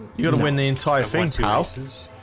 you gotta win the entire forints masters